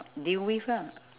deal with lah